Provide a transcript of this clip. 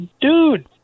dude